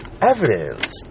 Evidence